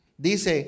Dice